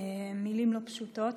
מילים לא פשוטות.